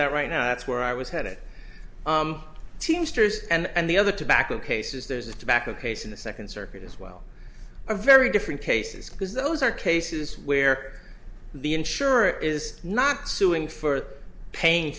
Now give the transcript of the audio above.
that right now that's where i was headed teamsters and the other tobacco cases there's a tobacco case in the second circuit as well a very different cases because those are cases where the insurer is not suing for paying